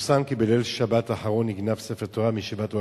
נודע לי כי בניגוד להנחיית ראש הממשלה בנימין נתניהו בקדנציה